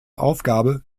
aufgabe